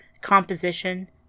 composition